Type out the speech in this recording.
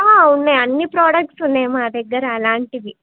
ఉన్నయి అన్ని ప్రొడక్ట్స్ ఉన్నయి మా దగ్గర అలాంటివి